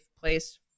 place